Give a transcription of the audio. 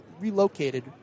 relocated